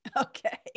Okay